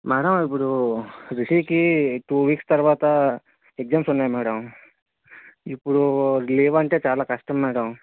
madam ఇప్పుడు రిషికి two weeks తర్వాత ఎగ్జామ్స్ ఉన్నాయి మేడం ఇప్పుడు లీవ్ అంటే చాలా కష్టం మేడం